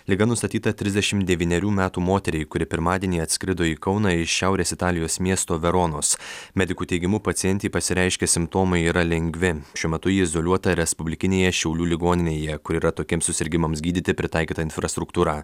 liga nustatyta trisdešimt devynerių metų moteriai kuri pirmadienį atskrido į kauną iš šiaurės italijos miesto veronos medikų teigimu pacientei pasireiškę simptomai yra lengvi šiuo metu ji izoliuota respublikinėje šiaulių ligoninėje kur yra tokiems susirgimams gydyti pritaikyta infrastruktūra